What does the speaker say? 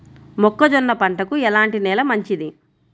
మొక్క జొన్న పంటకు ఎలాంటి నేల మంచిది?